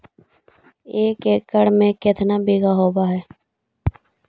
एक एकड़ में केतना बिघा होब हइ?